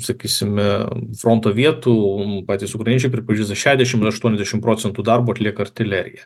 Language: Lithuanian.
sakysime fronto vietų patys ukrainiečiai pripažįsta aštuoniasdešim procentų darbo atlieka artilerija